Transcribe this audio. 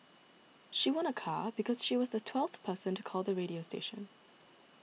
she won a car because she was the twelfth person to call the radio station